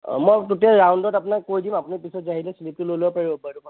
অঁ মই টোটেল ৰাউণ্ডত আপোনাক কৈ দিম আপুনি পিছত আহিলে শ্লিপটো লৈ ল'ব পাৰিব বাৰু সেইটো কথা নাই